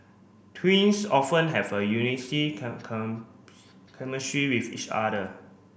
twins often have a with each other